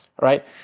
Right